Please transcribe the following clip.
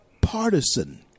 partisan